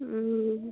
हा